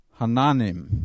hananim